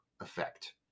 effect